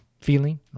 feeling